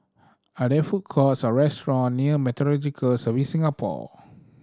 are there food courts or restaurant near Meteorological Services Singapore